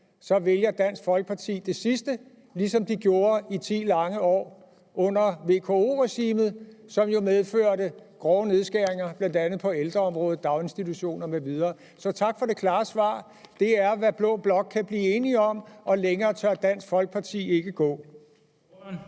vælger Dansk Folkeparti det sidste, ligesom de gjorde i 10 lange år under VKO-regimet, som jo medførte grove nedskæringer bl.a. på ældreområdet, daginstitutioner m.v. Så tak for det klare svar. Det er, hvad blå blok kan blive enig om, og længere tør Dansk Folkeparti ikke gå.